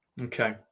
Okay